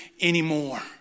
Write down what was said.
anymore